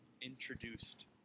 introduced